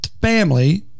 family